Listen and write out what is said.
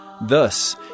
Thus